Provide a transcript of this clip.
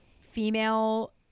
female